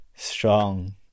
strong